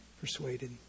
persuaded